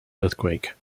earthquake